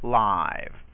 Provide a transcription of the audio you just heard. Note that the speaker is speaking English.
live